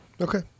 okay